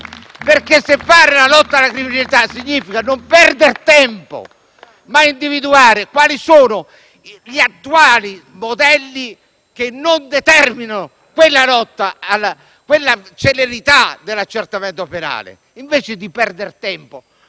FI-BP)*. Fare la lotta alla criminalità significa non perder tempo e individuare gli attuali modelli che non determinano quella celerità dell'accertamento penale. Invece di perdere tempo